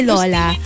Lola